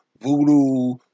voodoo